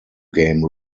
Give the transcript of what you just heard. game